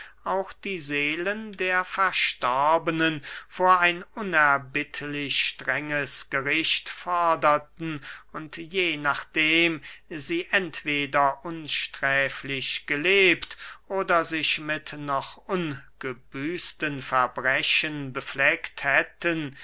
auch die seelen der verstorbenen vor ein unerbittlich strenges gericht forderten und je nachdem sie entweder unsträflich gelebt oder sich mit noch ungebüßten verbrechen befleckt hätten